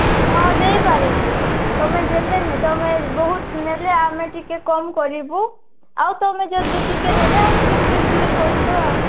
ହଁ ଦେଇପାରିବୁ ତୁମେ ଯେତେ ତୁମେ ବହୁତ ନେଲେ ଆମେ ଟିକେ କମ୍ କରିବୁ ଆଉ ତୁମେ ଯଦି ଟିକେ ନେଲେ ଆମେ ଟିକେ ବେଶୀ ଇଏ କରିବୁ ଆଉ